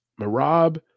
Marab